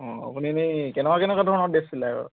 অঁ আপুনি এনেই কেনেকুৱা কেনেকুৱা ধৰণৰ ড্ৰেছ চিলাই বাৰু